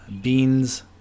beans